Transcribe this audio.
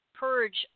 purge